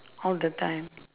all the time